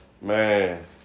man